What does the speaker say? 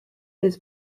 his